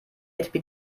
bietet